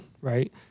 right